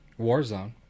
Warzone